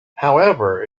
however